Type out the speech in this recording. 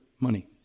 money